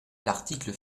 l’article